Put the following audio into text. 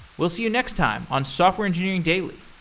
we'll see you next time on software engineering daily